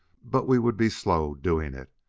but we would be slow doing it,